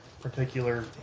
particular